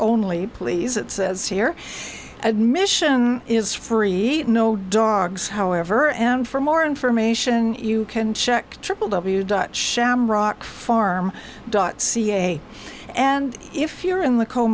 only please it says here admission is free no dogs however and for more information you can check triple w dutch shamrock farm dot ca and if you're in the co